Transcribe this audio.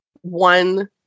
one